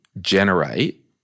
generate